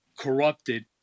Corrupted